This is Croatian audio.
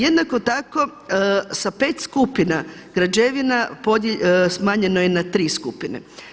Jednako tako sa 5 skupina građevina smanjeno je na 3 skupine.